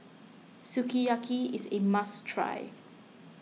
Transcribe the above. Sukiyaki is a must try